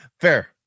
Fair